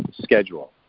schedule